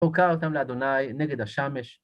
‫הוקע אותם לאדוני נגד השמש.